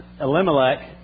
Elimelech